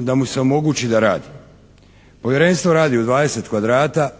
da mu se omogući da radi. Povjerenstvo radi u 20 kvadrata,